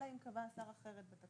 אלא אם קבע השר אחרת בתקנות.